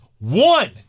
one